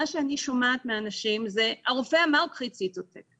מה שאני שומעת מאנשים זה "הרופא אמר קחי ציטוטק".